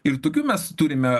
ir tokių mes turime